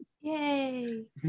Yay